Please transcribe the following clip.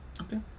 Okay